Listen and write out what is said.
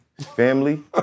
Family